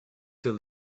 till